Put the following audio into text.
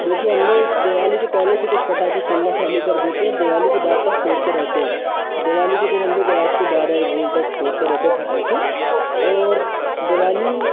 जो कि हम लोग दिवाली के पहले से कुछ पटाके फोड़ना चालू कर देते हैं दिवाली के बाद तक फोड़ते रहते हैं दिवाली के दिन हम लोग रात को बारह एक बजे तक फोड़ते रहते हैं फटाके और दिवाली